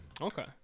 Okay